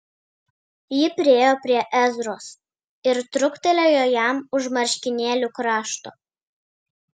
ji priėjo prie ezros ir truktelėjo jam už marškinėlių krašto